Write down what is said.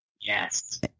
Yes